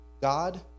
God